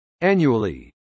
annually